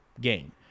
game